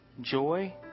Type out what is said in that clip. joy